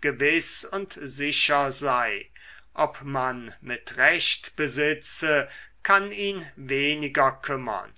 gewiß und sicher sei ob man mit recht besitze kann ihn weniger kümmern